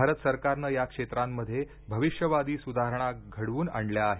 भारत सरकारने या क्षेत्रांमध्ये भविष्यवादी सुधारणा घडवून आणल्या आहेत